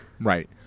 Right